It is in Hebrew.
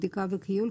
בדיקה וכיול,